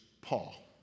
Paul